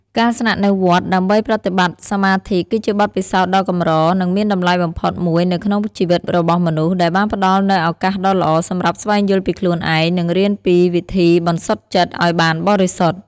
ការស្នាក់នៅវត្តដើម្បីប្រតិបត្តិសមាធិគឺជាបទពិសោធន៍ដ៏កម្រនិងមានតម្លៃបំផុតមួយនៅក្នុងជីវិតរបស់មនុស្ស ដែលបានផ្តល់នូវឱកាសដ៏ល្អសម្រាប់ស្វែងយល់ពីខ្លួនឯង និងរៀនពីវិធីបន្សុទ្ធចិត្តឱ្យបានបរិសុទ្ធ។